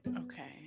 Okay